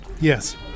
Yes